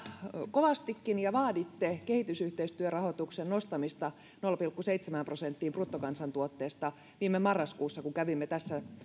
kovastikin ja vaaditte kehitysyhteistyörahoituksen nostamista nolla pilkku seitsemään prosenttiin bruttokansantuotteesta kun kävimme tässä